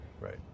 Right